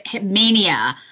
mania